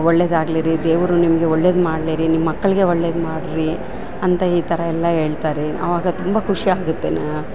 ಒಳ್ಳೇದಾಗಲಿ ರಿ ದೇವರು ನಿಮಗೆ ಒಳ್ಳೇದು ಮಾಡಲಿ ರಿ ನಿಮ್ಮ ಮಕ್ಕಳಿಗೆ ಒಳ್ಳೇದು ಮಾಡಿರಿ ಅಂತ ಈ ಥರ ಎಲ್ಲ ಹೇಳ್ತಾರೆ ಅವಾಗ ತುಂಬ ಖುಷಿ ಆಗುತ್ತೆನಾ